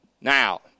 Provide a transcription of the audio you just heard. Now